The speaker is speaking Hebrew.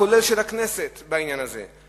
כולל של הכנסת בעניין הזה.